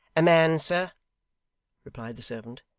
a man, sir replied the servant,